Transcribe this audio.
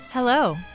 Hello